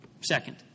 Second